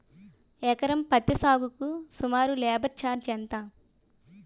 ఎకరం పత్తి సాగుకు సుమారు లేబర్ ఛార్జ్ ఎంత?